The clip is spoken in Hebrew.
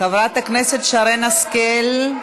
חברת הכנסת שרן השכל.